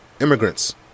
immigrants